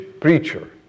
preacher